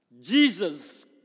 Jesus